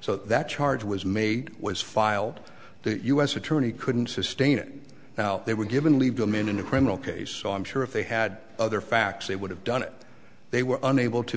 so that charge was made was filed the u s attorney couldn't sustain it now they were given leave them in a criminal case so i'm sure if they had other facts they would have done it they were unable to